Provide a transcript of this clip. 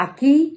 Aquí